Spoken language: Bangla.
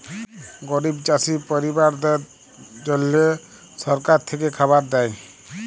গরিব চাষী পরিবারদ্যাদের জল্যে সরকার থেক্যে খাবার দ্যায়